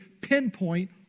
pinpoint